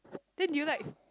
then do you like